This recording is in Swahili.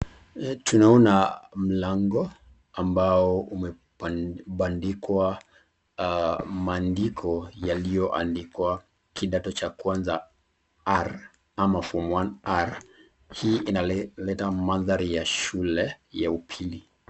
Tunaona mlango ambao umebandikwa maandiko yaliyoandikwa kidato cha kwanza R ama form one R . Hii inaleta mandhari ya shule ya upili.